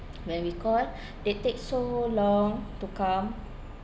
when we call ah they take so long to come